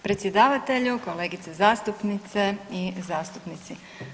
Predsjedavatelju, kolegice zastupnice i zastupnici.